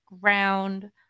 ground